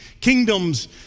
kingdoms